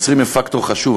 המצרים הם פקטור חשוב.